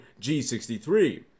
G63